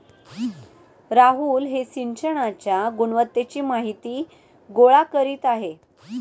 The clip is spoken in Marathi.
राहुल हे सिंचनाच्या गुणवत्तेची माहिती गोळा करीत आहेत